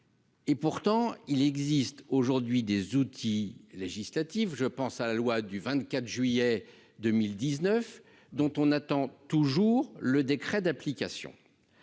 Et pourtant, il existe aujourd'hui des outils législatifs, je pense à la loi du 24 juillet 2019 dont on attend toujours le décret d'application,